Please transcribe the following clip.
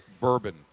bourbon